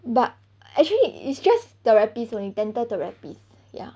but actually it's just therapist only dental therapist ya